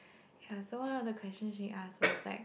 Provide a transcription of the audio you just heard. ya so one of the questions she ask was like